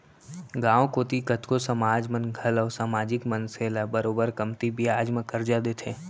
गॉंव कोती कतको समाज मन घलौ समाजिक मनसे मन ल बरोबर कमती बियाज म करजा देथे